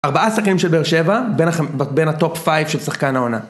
ארבעה שחקנים של בר שבע, בין הטופ פייב של שחקן העונה.